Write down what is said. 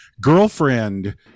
girlfriend